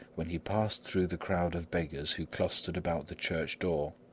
when he passed through the crowd of beggars who clustered about the church-door,